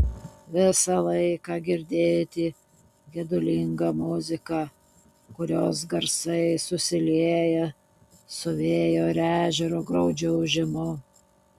visą laiką girdėti gedulinga muzika kurios garsai susilieja su vėjo ir ežero graudžiu ūžimu